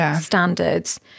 standards